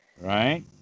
Right